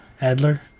Adler